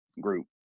group